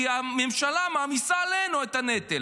כי הממשלה מעמיסה עלינו את הנטל,